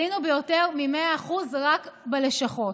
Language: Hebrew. עלינו ביותר מ-100% רק בלשכות.